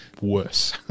worse